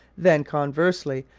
then, conversely,